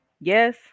Yes